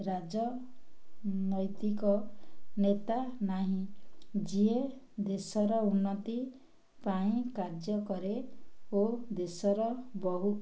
ରାଜନୈତିକ ନେତା ନାହିଁ ଯିଏ ଦେଶର ଉନ୍ନତି ପାଇଁ କାର୍ଯ୍ୟ କରେ ଓ ଦେଶର ବହୁ